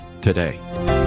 Today